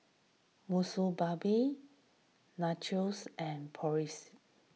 Monsunabe Nachos and Boris